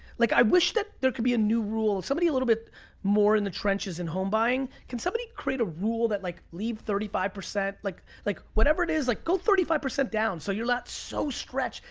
like i wish that there could be a new rule. somebody a little bit more in the trenches in home buying, can somebody create a rule that, like, leave thirty five. like like whatever it is, like go thirty five percent down so you're not so stretched,